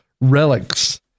relics